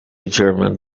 german